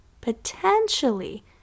potentially